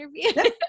interview